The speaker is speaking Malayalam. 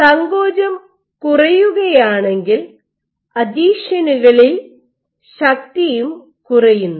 സങ്കോചം കുറയുകയാണെങ്കിൽ അഥീഷനുകളിൽ ശക്തിയും കുറയുന്നു